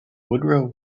woodrow